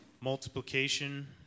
Multiplication